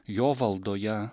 jo valdoje